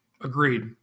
Agreed